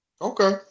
Okay